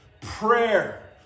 prayer